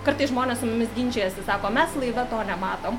kartais žmonės su mumis ginčijasi sako mes laive to nematom